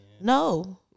No